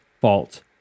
fault